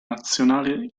nazionale